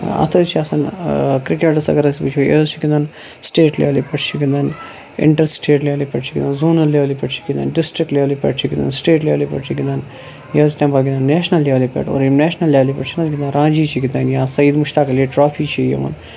اَتھ حظ چھِ آسان کِرکیٹَس اگر أسۍ وٕچھو یہٕ حظ چھِ گِنٛدان سِٹیٹ لیولہِ پٮ۪ٹھ چھِ گِنٛدان اِنٹَر سِٹیٹ لیولہِ پٮ۪ٹھ چھِ گِنٛدان زونَل لیولہِ پٮ۪ٹھ چھِ گِنٛدان ڈِسٹرک لیولہِ پٮ۪ٹھ چھِ گِنٛدان سِٹیٹ لیولہِ پٮ۪ٹھ چھِ گِنٛدان یہٕ حظ چھِ تَمہِ بغٲر نیشنَل لیولہِ پٮ۪ٹھ اور یِم نیشنل لیولہِ پٮ۪ٹھ چھِ نہ حظ گِنٛدان رانجی چھِ گِنٛدان یا سعیِد مُشتاق علی ٹرافی چھِ گِنٛدان